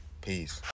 Peace